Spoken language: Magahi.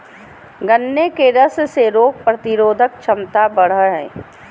गन्ने के रस से रोग प्रतिरोधक क्षमता बढ़ो हइ